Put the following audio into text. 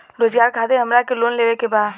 रोजगार खातीर हमरा के लोन लेवे के बा?